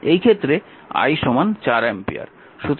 এই ক্ষেত্রে I 4 ampere